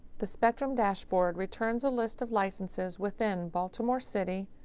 the spectrum dashboard returns a list of licenses within baltimore city,